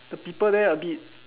the people there a bit